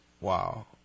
Wow